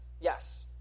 yes